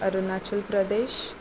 Arunachal Pradesh